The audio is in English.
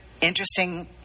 interesting